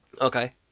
Okay